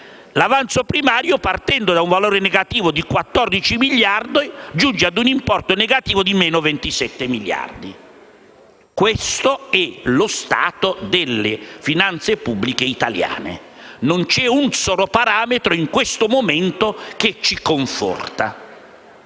l'avanzo primario, partendo da un valore di -14 miliardi giunge ad un importo di -27 miliardi di euro. Questo è lo stato delle finanze pubbliche italiane. Non c'è un solo parametro in questo momento che ci conforti.